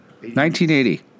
1980